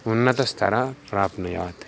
उन्नतस्तरं प्राप्नुयात्